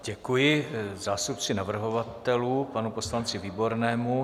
Děkuji zástupci navrhovatelů, panu poslanci Výbornému.